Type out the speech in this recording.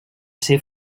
ser